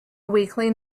weekly